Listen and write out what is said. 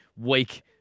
weak